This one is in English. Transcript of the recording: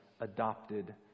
adopted